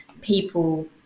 people